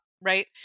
right